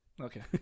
Okay